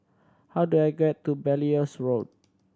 how do I get to Belilios Road